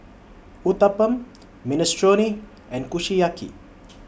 Uthapam Minestrone and Kushiyaki